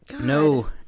No